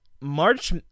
March